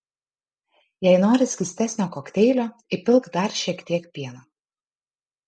jei nori skystesnio kokteilio įpilk dar šiek tiek pieno